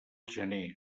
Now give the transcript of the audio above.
gener